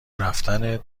رفتنت